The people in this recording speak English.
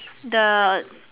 the